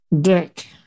dick